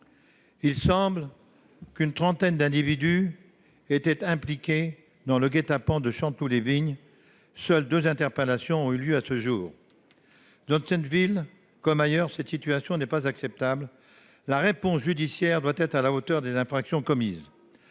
Il semble qu'une trentaine d'individus était impliquée dans le guet-apens de Chanteloup-les-Vignes. Seules deux interpellations ont eu lieu à ce jour. Dans cette ville, comme ailleurs, cette situation n'est pas acceptable. La réponse judiciaire doit être à la hauteur des infractions commises.